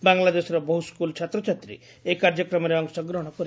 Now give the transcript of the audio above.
ବାଂଲାଦେଶର ବହୁ ସ୍କୁଲ୍ ଛାତ୍ରଛାତ୍ରୀ ଏହି କାର୍ଯ୍ୟକ୍ରମରେ ଅଂଶଗ୍ରହଣ କରିଛନ୍ତି